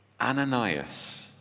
Ananias